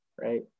right